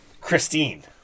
Christine